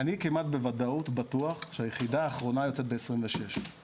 אני כמעט בוודאות בטוח שהיחידה האחרונה יוצאת ב-2026.